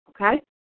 okay